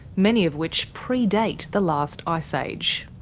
many of which pre-date the last ice age.